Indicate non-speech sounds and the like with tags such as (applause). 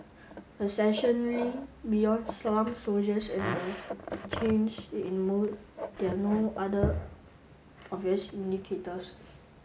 essentially beyond slumped shoulders and a change in mood there are no other (unintelligible) obvious indicators